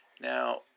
Now